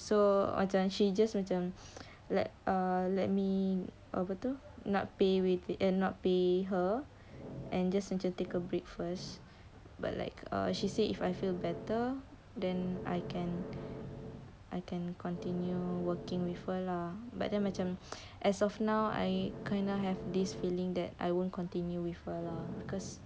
so macam she just macam let err let me uh apa tu not pay it eh not pay her and just macam take a break first but like err she say if I feel better then I can I can continue working with her lah but then macam as of now I kinda have this feeling that I won't continue with her lah because